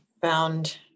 found